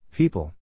People